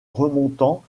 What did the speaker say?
remontant